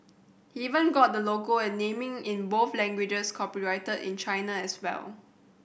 even got the logo and naming in both languages copyrighted in China as well